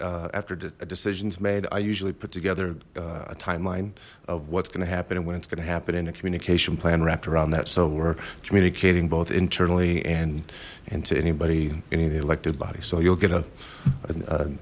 a after the decisions made i usually put together a timeline of what's going to happen and when it's going to happen in a communication plan wrapped around that so we're communicating both internally and in to anybody any of the elected body so you'll get